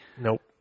Nope